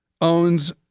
owns